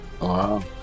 Wow